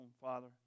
Father